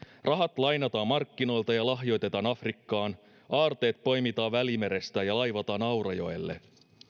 rahat lainataan markkinoilta ja lahjoitetaan afrikkaan aarteet poimitaan välimerestä ja laivataan aurajoelle